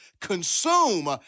consume